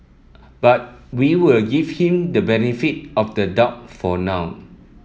but we'll give him the benefit of the doubt for now